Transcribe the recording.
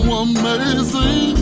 amazing